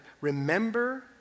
Remember